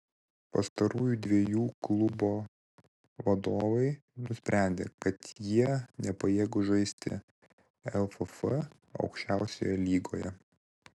pastarųjų dviejų klubo vadovai nusprendė kad jie nepajėgūs žaisti lff aukščiausioje lygoje